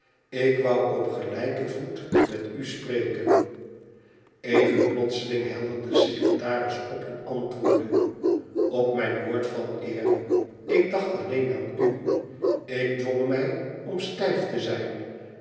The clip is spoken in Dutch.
ik wou op gelijken voet met u spreken even plotseling helderde de secretaris op en antwoordde lop mijn woord van eer ik dacht alleen aan u ik dwong mij om stijf te zijn